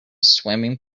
swimming